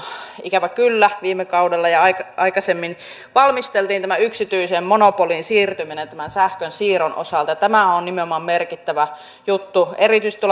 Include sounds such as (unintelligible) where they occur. ikävä kyllä viime kaudella ja aikaisemmin valmisteltiin tämä yksityiseen monopoliin siirtyminen sähkönsiirron osalta ja tämä on nimenomaan merkittävä juttu erityisesti (unintelligible)